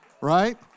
Right